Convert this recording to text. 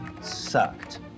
sucked